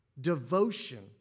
devotion